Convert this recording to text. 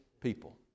people